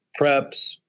preps